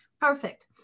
perfect